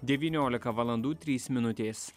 devyniolika valandų trys minutės